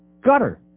Gutter